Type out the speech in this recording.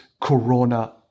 corona